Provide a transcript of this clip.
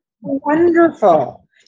wonderful